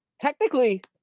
technically